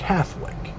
Catholic